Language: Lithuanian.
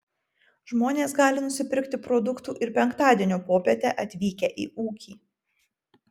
žmonės gali nusipirkti produktų ir penktadienio popietę atvykę į ūkį